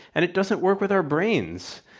and it doesn't work with our brains,